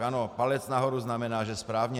Ano, palec nahoru znamená, že správně.